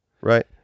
Right